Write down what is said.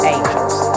Angels